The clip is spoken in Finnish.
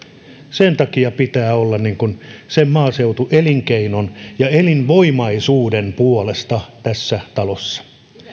sen takia pitää olla sen maaseutuelinkeinon ja elinvoimaisuuden puolesta tässä talossa